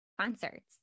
concerts